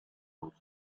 almost